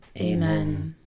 Amen